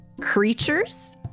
creatures